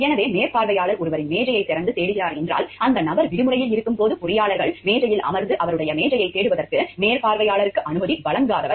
எனவே மேற்பார்வையாளர் ஒருவரின் மேசையைத் திறந்து தேடுகிறார் என்றால் அந்த நபர் விடுமுறையில் இருக்கும்போது பொறியாளர்கள் மேசையில் அமர்ந்து அவருடைய மேசையைத் தேடுவதற்கு மேற்பார்வையாளருக்கு அனுமதி வழங்காதவர்